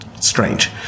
strange